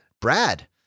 Brad